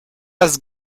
has